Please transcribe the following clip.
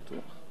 בטוח?